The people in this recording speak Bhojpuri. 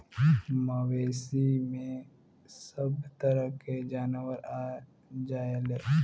मवेसी में सभ तरह के जानवर आ जायेले